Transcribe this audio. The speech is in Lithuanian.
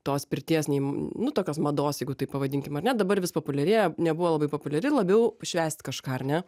tos pirties nei nu tokios mados jeigu taip pavadinkim ar ne dabar vis populiarėja nebuvo labai populiari labiau švęst kažką ar ne